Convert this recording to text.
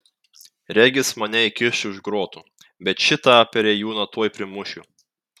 regis mane įkiš už grotų bet šitą perėjūną tuoj primušiu